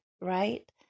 right